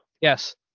yes